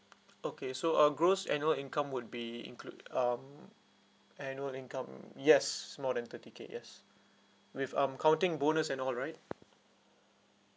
okay so uh gross annual income would be include um annual income yes more than thirty K yes with um counting bonus and all right